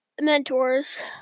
mentors